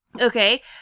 okay